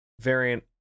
variant